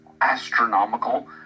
astronomical